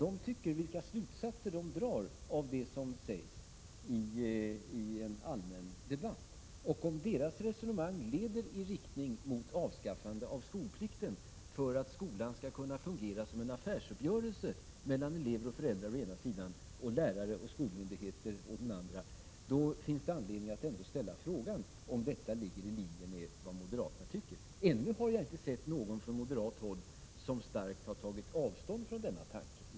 Man kan fråga sig vilka slutsatser de drar av det som sägs i en allmän debatt, och om deras resonemang leder i riktning mot ett avskaffande av skolplikten för att skolan skall kunna fungera som en affärsuppgörelse mellan elever och föräldrar å den ena sidan och lärare och skolmyndigheter å den andra. Därför finns det anledning att ändå ställa frågan om detta ligger i linje med vad moderaterna tycker. Ännu har jag inte hört någon från moderat håll som starkt har tagit avstånd från denna tanke.